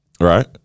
right